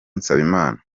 nsabimana